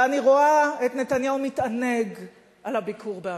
ואני רואה את נתניהו מתענג על הביקור באמריקה.